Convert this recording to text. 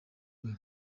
rwe